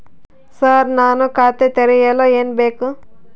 Sir ನಾನು ಖಾತೆ ತೆರೆಯಲು ಏನು ಬೇಕು?